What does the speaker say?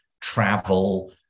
travel